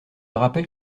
rappelle